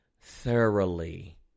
thoroughly